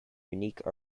unique